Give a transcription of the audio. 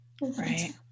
right